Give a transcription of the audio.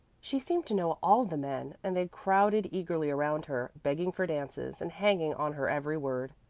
she seemed to know all the men, and they crowded eagerly around her, begging for dances and hanging on her every word.